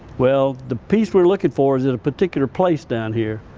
well, the piece we're looking for is in a particular place down here.